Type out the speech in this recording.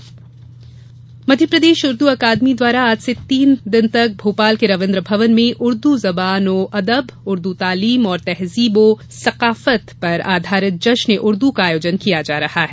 जश्न ए उर्दू मध्यप्रदेश उर्दू अकादमी द्वारा आज से तीन दिन तक भोपाल के रवीन्द्र भवन में उर्दू जबान ओ अदब उर्दू तालीम और तहज़ीब ओ सकाफ़त पर आधारित जश्न ए उर्दू का आयोजन किया जा रहा है